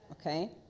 okay